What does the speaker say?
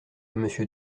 monsieur